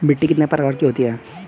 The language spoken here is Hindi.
मिट्टी कितने प्रकार की होती हैं?